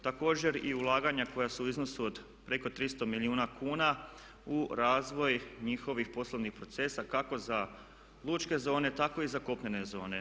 Također i ulaganja koja su u iznosu preko 300 milijuna kuna u razvoj njihovih poslovnih procesa kako za lučke zone tako i za kopnene zone.